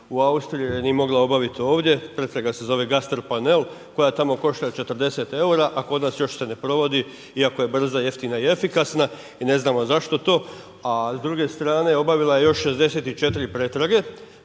u Austriju, jer je nije mogao obaviti ovdje. Pretraga se zove gastropanel koja tamo košta 40 eura, a kod nas još se ne provodi, iako je brza, jeftina i efikasna i ne znamo zašto to. A s druge strane obavila je još 64 pretrage,